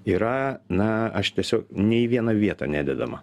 yra na aš tiesio nei vieną vietą nededama